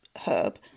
herb